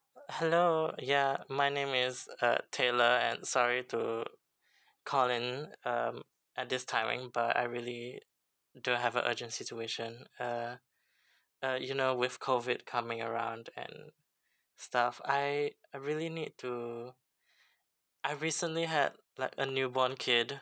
hello ya my name is uh tailor and sorry to call in um at this timing but I really do have a urgent situation uh uh you know with COVID coming around and stuff I I really need to I recently had like a newborn kid